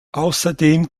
außerdem